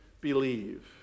believe